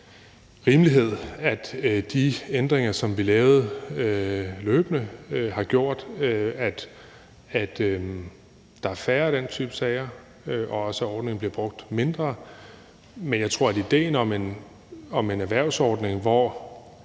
rimelighed, at de ændringer, som vi lavede løbende, har gjort, at der er færre af den type sager, og også, at ordningen bliver brugt mindre. I forhold til idéen om en erhvervsordning, hvor